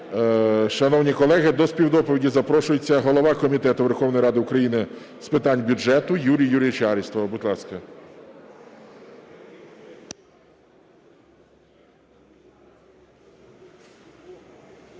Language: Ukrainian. Шановні колеги, до співдоповіді запрошується голова Комітету Верховної Ради України з питань бюджету Юрій Юрійович Арістов.